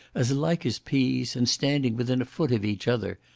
as like as peas, and standing within a foot of each other.